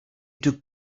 took